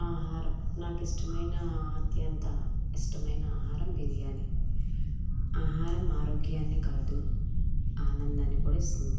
ఆహారం నాకిష్టమైన అత్యంత ఇష్టమైన ఆహారం బిర్యానీ ఆహారం ఆరోగ్యాన్ని కాదు ఆనందాన్ని కూడా ఇస్తుంది